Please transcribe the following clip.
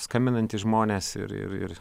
skambinantys žmonės ir ir ir